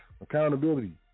Accountability